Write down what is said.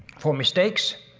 for mistakes.